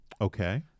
okay